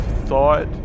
thought